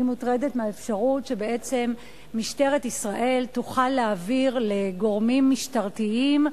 אני מוטרדת מהאפשרות שבעצם משטרת ישראל תוכל להעביר לגורמים משטרתיים,